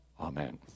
Amen